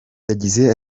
yagize